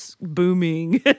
booming